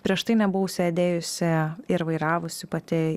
prieš tai nebuvau sėdėjusi ir vairavusi pati